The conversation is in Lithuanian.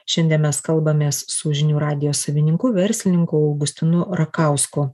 šiandie mes kalbamės su žinių radijo savininku verslininku augustinu rakausku